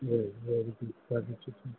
ॿियो ॿियो